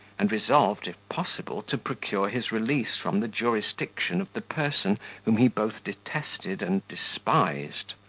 and resolved, if possible, to procure his release from the jurisdiction of the person whom he both detested and despised.